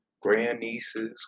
grandnieces